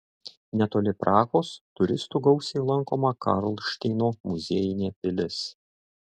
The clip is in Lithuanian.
netoli prahos turistų gausiai lankoma karlšteino muziejinė pilis